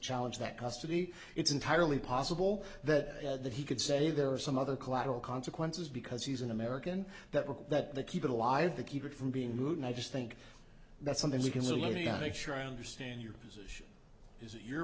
challenge that custody it's entirely possible that that he could say there are some other collateral consequences because he's an american that recall that the keep it alive to keep it from being moved and i just think that's something we can the lady i make sure i understand your position is your